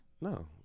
No